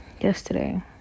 yesterday